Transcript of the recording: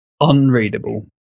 unreadable